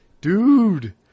dude